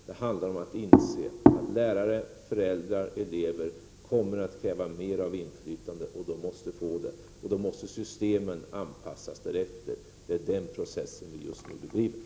Det handlar om att inse att lärare, föräldrar och elever kommer att kräva mer av inflytande, och det måste de få. Då måste systemen anpassas därefter. Det är den processen vi just nu för framåt.